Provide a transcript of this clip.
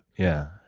yeah.